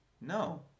no